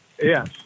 Yes